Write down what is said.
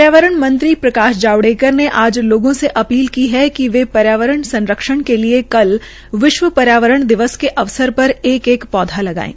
पर्यावरण मंत्री प्रकाश जावड़ेकर ने लोगों से अपील की है कि वे पर्यावरण संरक्षण के लिये कल विशव पर्यावरण दिवस के अवसर पर एक एक पौध लगाये